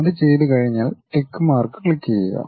അത് ചെയ്തുകഴിഞ്ഞാൽ tick mark ക്ലിക്കുചെയ്യുക